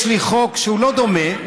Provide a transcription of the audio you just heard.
יש לי חוק שהוא לא דומה,